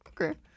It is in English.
okay